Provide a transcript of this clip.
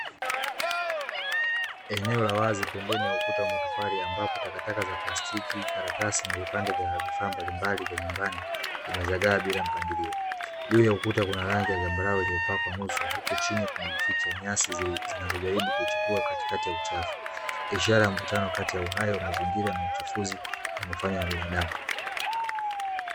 Eneo la wazi pembeni ambapo takataka za plastiki, karatasi na vipabde vya vifaa mbalimbali vya nyumbani zimezagaa bila mpangilo. Juu ya ukuta kuna rangi ya dhambarau ulio pakwa nusu huku chini kumejificha nyasi zilizo jaribu kuchipua katikati ya uchafu. Ishara ya mvutano kati ya uhai wa mazingira na uchafunzi unaonywa na binadamu.